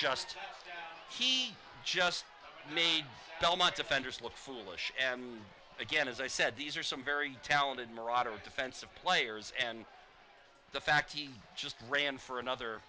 just he just made belmont defenders look foolish again as i said these are some very talented morato defensive players and the fact he just ran for another